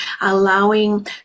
allowing